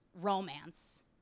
romance